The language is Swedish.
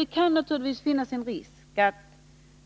Det kan naturligtvis finnas en risk för att